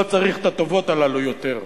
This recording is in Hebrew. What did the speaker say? לא צריך את הטובות הללו יותר.